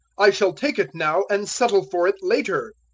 i shall take it now and settle for it later.